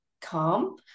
calm